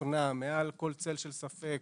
ששוכנע מעל כל צל של ספק,